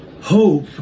hope